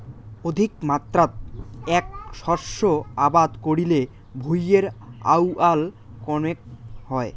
অধিকমাত্রাত এ্যাক শস্য আবাদ করিলে ভূঁইয়ের আউয়াল কণেক হয়